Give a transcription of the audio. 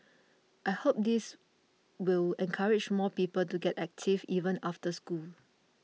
I hope this will encourage more people to get active even after leaving school